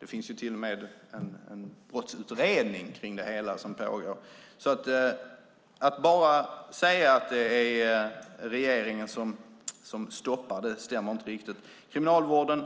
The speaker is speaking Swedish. Det finns till och med en brottsutredning kring det hela som pågår, så att bara säga att det är regeringen som stoppar det hela stämmer inte riktigt. Kriminalvården